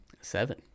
Seven